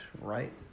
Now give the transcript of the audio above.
right